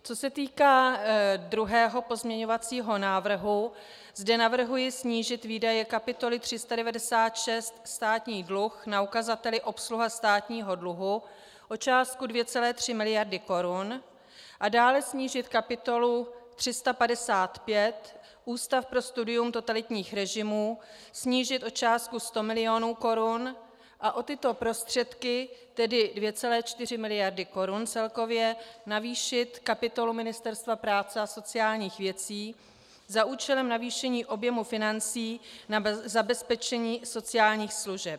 Co se týká druhého pozměňovacího návrhu, zde navrhuji snížit výdaje kapitoly 396 Státní dluh na ukazateli obsluha státního dluhu o částku 2,3 mld. korun a dále snížit kapitolu 355 Ústav pro studium totalitních režimů, snížit o částku 100 mil. korun a o tyto prostředky, tedy 2,4 mld. korun celkově navýšit kapitolu Ministerstva práce a sociálních věcí za účelem navýšení objemu financí na zabezpečení sociálních služeb.